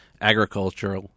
agriculture